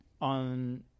on